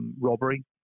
Robbery